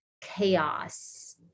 chaos